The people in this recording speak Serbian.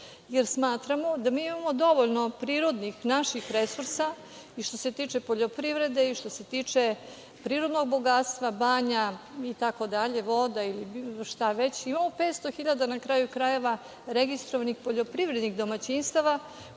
jer smatramo da mi imamo dovoljno prirodnih, naših resursa, i što se tiče poljoprivrede i što se tiče prirodnog bogatstva, banja itd. voda ili bilo šta već, imamo 500.000 na kraju krajeva registrovanih poljoprivrednih domaćinstava,